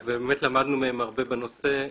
למדנו מהם הרבה בנושא.